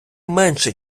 менше